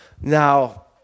Now